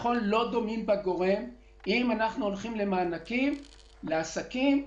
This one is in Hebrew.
אם הולכים למענקים לעסקים,